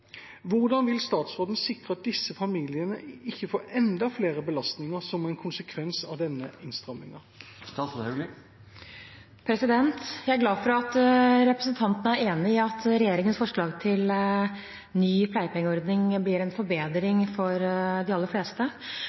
Hvordan vil statsråden sikre at disse familiene ikke får enda flere belastninger som en konsekvens av denne innstrammingen?» Jeg er glad for at representanten er enig i at regjeringens forslag til ny pleiepengeordning blir en forbedring for de aller fleste.